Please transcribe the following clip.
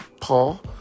Paul